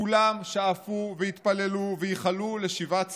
כולם שאפו, התפללו וייחלו לשיבת ציון.